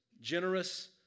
generous